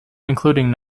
including